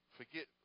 forget